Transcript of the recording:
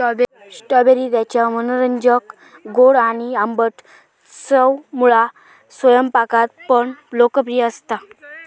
strawberry त्याच्या मनोरंजक गोड आणि आंबट चवमुळा स्वयंपाकात पण लोकप्रिय असता